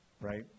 right